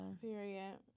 Period